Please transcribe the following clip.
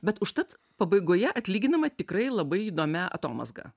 bet užtat pabaigoje atlyginama tikrai labai įdomia atomazga